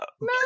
no